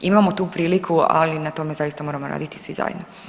Imamo tu priliku, ali na tome zaista moramo raditi svi zajedno.